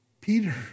Peter